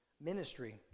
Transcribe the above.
ministry